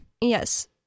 Yes